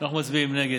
אנחנו מצביעים נגד,